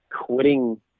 quitting